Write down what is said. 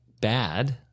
bad